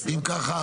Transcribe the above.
אם ככה,